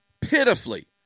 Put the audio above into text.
pitifully